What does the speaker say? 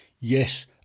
Yes